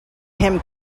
him